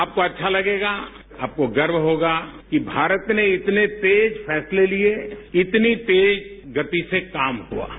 आपको अच्छा तगेगा आपको गर्व होगा कि भारत ने इतने तेज प्रैसले लिए इतनी तेज गति से काम हुआ है